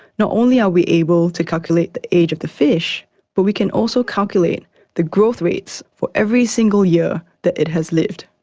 not only are we able to calculate the age of the fish but we can also calculate the growth rates for every single year that it has lived.